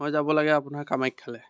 মই যাব লাগে আপোনাৰ কামাখ্যালৈ